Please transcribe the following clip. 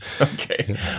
Okay